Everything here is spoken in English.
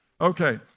Okay